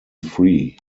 free